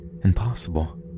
Impossible